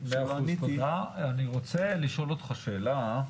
אני רוצה לשאול אותך שאלה.